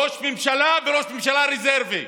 ראש ממשלה וראש ממשלה רזרבי,